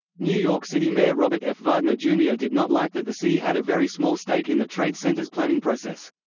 new york city mayor robert f. wagner jr. did not like that the city had a very small stake in the trade center's planning process.